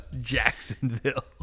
Jacksonville